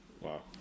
Wow